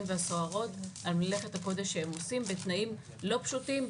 והסוהרות על מלאכת הקודש שהם עושים בתנאים לא פשוטים,